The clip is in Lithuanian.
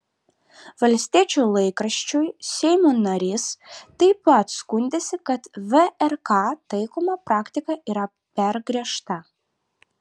valstiečių laikraščiui seimo narys taip pat skundėsi kad vrk taikoma praktika yra per griežta